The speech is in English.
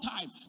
time